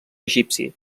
egipci